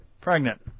Pregnant